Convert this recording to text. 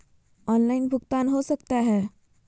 Online भुगतान हो सकता है?